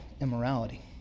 immorality